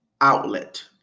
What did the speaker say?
outlet